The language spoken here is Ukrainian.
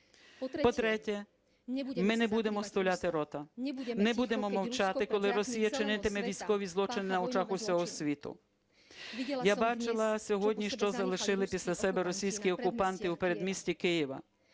По-третє, ми не будемо стуляти рота, не будемо мовчати, коли Росія чинитиме військові злочини на очах усього світу. Я бачила сьогодні, що залишили після себе російські окупанти в передмісті Києва.